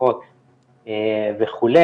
מסכות וכו',